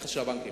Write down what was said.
הנכס שלו.